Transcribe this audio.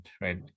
Right